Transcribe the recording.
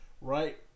right